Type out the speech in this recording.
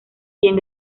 quien